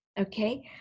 Okay